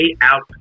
out